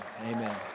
Amen